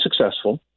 successful